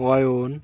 Ayan